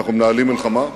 ואנחנו מנהלים מלחמה.